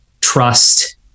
trust